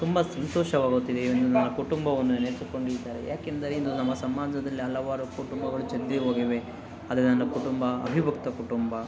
ತುಂಬ ಸಂತೋಷವಾಗುತ್ತಿದೆ ಇಂದು ನಮ್ಮ ಕುಟುಂಬವನ್ನು ನೆನೆಸಿಕೊಂಡಿದ್ದರೆ ಯಾಕೆಂದರೆ ನಮ್ಮ ಸಮಾಜದಲ್ಲಿ ಹಲವಾರು ಕುಟುಂಬಗಳು ಚದುರಿ ಹೋಗಿವೆ ಆದರೆ ನನ್ನ ಕುಟುಂಬ ಅವಿಭಕ್ತ ಕುಟುಂಬ